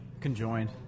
conjoined